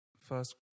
first